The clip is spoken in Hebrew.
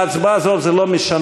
בהצבעה הזאת זה לא משנה,